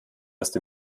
erst